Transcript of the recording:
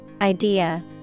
idea